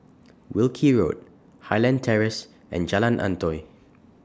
Wilkie Road Highland Terrace and Jalan Antoi